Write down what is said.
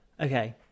Okay